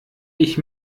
ich